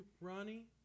Ronnie